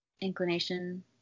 inclination